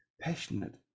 passionate